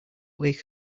wake